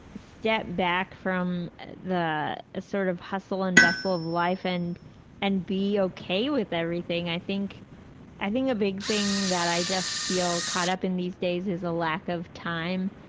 step back from the sort of hustle and bustle of life and and be okay with everything. i think i think a big thing that i just feel caught up in these days is a lack of time.